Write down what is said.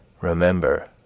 Remember